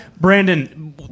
Brandon